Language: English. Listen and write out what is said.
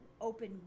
open